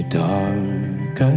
dark